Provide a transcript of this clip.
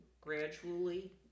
gradually